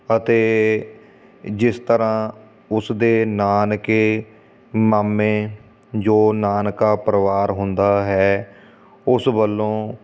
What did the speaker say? ਅਤੇ ਜਿਸ ਤਰ੍ਹਾਂ ਉਸਦੇ ਨਾਨਕੇ ਮਾਮੇ ਜੋ ਨਾਨਕਾ ਪਰਿਵਾਰ ਹੁੰਦਾ ਹੈ ਉਸ ਵੱਲੋਂ